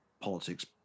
politics